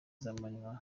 z’amanywa